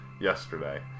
yesterday